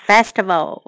Festival